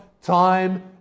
Time